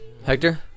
Hector